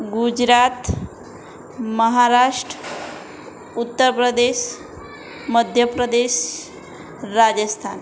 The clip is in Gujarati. ગુજરાત મહારાષ્ટ્ર ઉત્તર પ્રદેશ મધ્યપ્રદેશ રાજસ્થાન